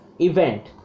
event